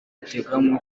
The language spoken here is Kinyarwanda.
hateganywa